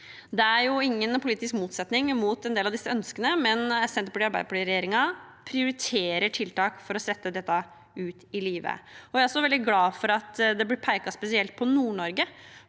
Det er ingen politisk motstand mot en del av disse ønskene, men Senterparti–Arbeiderparti-regjeringen prioriterer tiltak for å sette dette ut i livet. Jeg er også veldig glad for at det blir pekt spesielt på Nord-Norge,